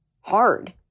hard